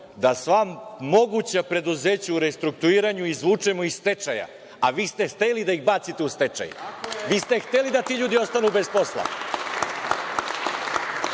da sva moguća preduzeća u restrukturiranju izvučemo iz stečaja, a vi ste hteli da ih bacite u stečaj. Vi ste hteli da ti ljudi ostanu bez posla.Zašto?